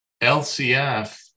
LCF